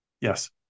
Yes